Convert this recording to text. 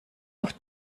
auf